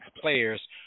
players